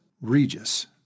Regis